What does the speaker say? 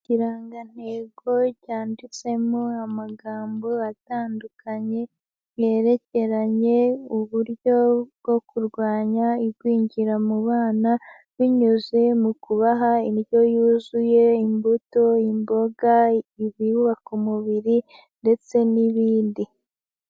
Ikirangantego cyanditsemo amagambo atandukanye yerekeranye uburyo bwo kurwanya igwingira mu bana binyuze mu kubaha indyo yuzuye, imbuto, imboga, ibyubaka umubiri ndetse n'ibindi.